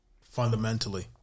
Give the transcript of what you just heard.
fundamentally